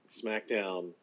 SmackDown